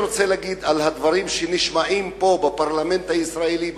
אני רוצה להגיד על הדברים שנשמעים פה בפרלמנט הישראלי,